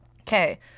Okay